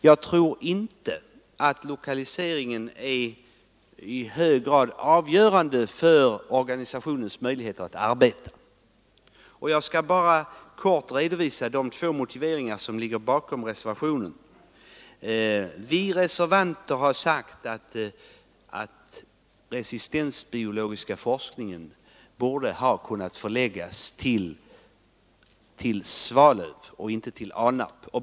Jag tror inte att lokaliseringen är i hög grad avgörande för organisationens möjligheter att arbeta, och jag skall bara kort redovisa de två motiveringar som ligger bakom reservationen. Vi reservanter har sagt att den resistensbiologiska forskningen borde kunna förläggas till Svalöv i stället för Alnarp.